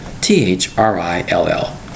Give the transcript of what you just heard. T-H-R-I-L-L